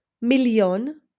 Million